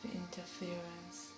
interference